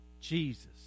Jesus